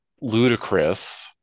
ludicrous